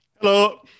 hello